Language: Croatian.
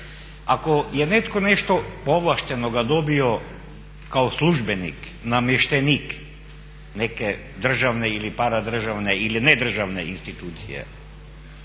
ako je netko nešto povlaštenoga dobio kao službenik, namještenik, neke državne ili paradržavne ili nedržavne institucije